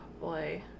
boy